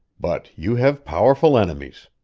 but you have powerful enemies.